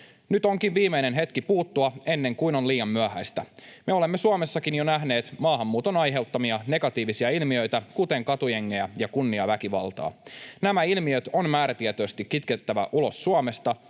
Nyt onkin viimeinen hetki puuttua ennen kuin on liian myöhäistä. Me olemme Suomessakin jo nähneet maahanmuuton aiheuttamia negatiivisia ilmiöitä, kuten katujengejä ja kunniaväkivaltaa. Nämä ilmiöt on määrätietoisesti kitkettävä ulos Suomesta.